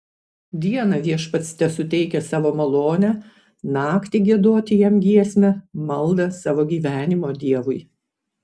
dieną viešpats tesuteikia savo malonę naktį giedoti jam giesmę maldą savo gyvenimo dievui